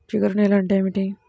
జిగురు నేలలు అంటే ఏమిటీ?